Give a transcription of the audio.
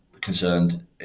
concerned